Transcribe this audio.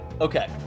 Okay